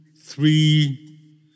three